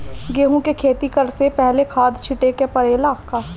गेहू के खेती करे से पहिले खाद छिटे के परेला का?